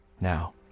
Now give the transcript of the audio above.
now